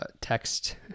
text